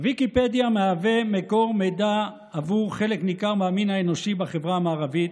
הוויקיפדיה היא מקור מידע עבור חלק ניכר מהמין האנושי בחברה המערבית.